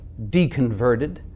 deconverted